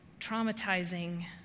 traumatizing